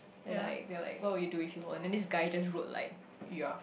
that like that like what would you do if you won then this guy just wrote like you are